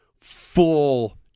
full